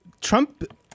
Trump